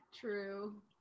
True